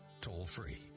toll-free